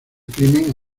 crimen